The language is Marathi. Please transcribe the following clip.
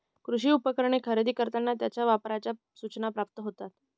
कृषी उपकरणे खरेदी करताना त्यांच्या वापराच्या सूचना प्राप्त होतात